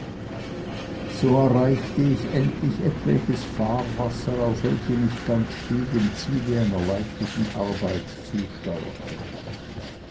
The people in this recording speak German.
so erreichte ich endlich etwelches fahrwasser auf welchem ich ganz still dem ziele einer leidlichen arbeit zusteuerte